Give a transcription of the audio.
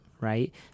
Right